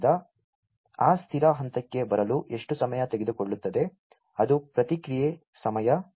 ಆದ್ದರಿಂದ ಆ ಸ್ಥಿರ ಹಂತಕ್ಕೆ ಬರಲು ಎಷ್ಟು ಸಮಯ ತೆಗೆದುಕೊಳ್ಳುತ್ತದೆ ಅದು ಪ್ರತಿಕ್ರಿಯೆ ಸಮಯ